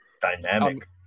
Dynamic